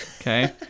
okay